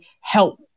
help